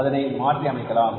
அதனை மாற்றி அமைக்கலாம்